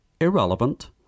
irrelevant